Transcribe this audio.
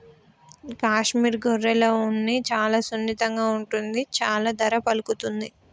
కాశ్మీర్ గొర్రెల ఉన్ని చాలా సున్నితంగా ఉంటుంది చాలా ధర పలుకుతుంది